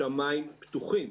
השמיים פתוחים.